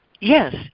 Yes